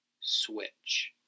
switch